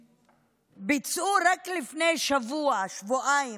שביצעו רק לפני שבוע, שבועיים,